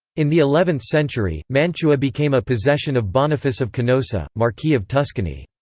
in the eleventh century, mantua became a possession of boniface of canossa, marquis of tuscany.